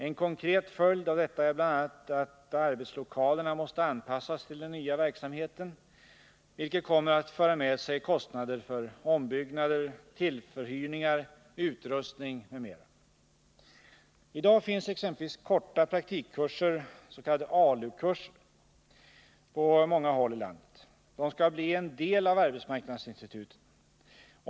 En konkret följd av detta är bl.a. att arbetslokalerna måste anpassas till den nya verksamheten, vilket kommer att föra med sig kostnader för ombyggnader, tillförhyrningar, utrustning m.m. I dag finns exempelvis korta praktikkurser, s.k. ALU-kurser, på många håll i landet. De skall bli en del av arbetsmarknadsinstituten.